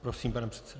Prosím, pane předsedo.